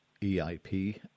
EIP